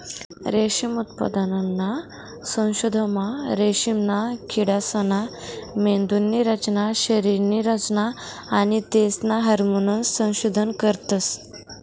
रेशीम उत्पादनना संशोधनमा रेशीमना किडासना मेंदुनी रचना, शरीरनी रचना आणि तेसना हार्मोन्सनं संशोधन करतस